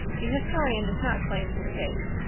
the historian does not claim to state,